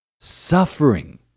suffering